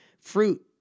fruit